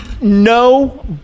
No